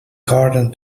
garden